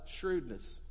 shrewdness